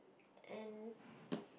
and